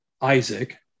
Isaac